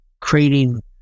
creating